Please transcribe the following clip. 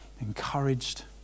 encouraged